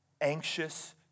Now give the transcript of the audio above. anxious